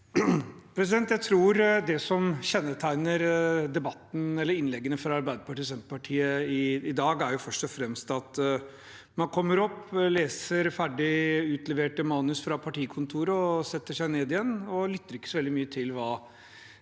ned. Det som kjennetegner innleggene fra Arbeiderpartiet og Senterpartiet i dag, er først og fremst at man kommer opp, leser ferdig utleverte manus fra partikontoret og setter seg ned igjen – og lytter ikke så veldig mye til hva andre